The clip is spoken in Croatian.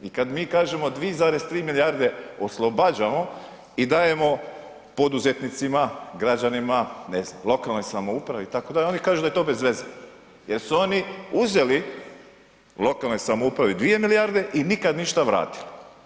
I kad mi kažemo 2,3 milijarde oslobađamo i dajemo poduzetnicima, građanima, ne znam, lokalnoj samoupravi itd., oni kažu da je to bezveze jer su oni uzeli lokalnoj samoupravi 2 milijarde i nikad ništa vratili.